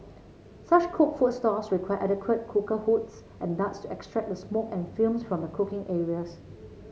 such cooked food stalls require adequate cooker hoods and ducts to extract the smoke and fumes from the cooking areas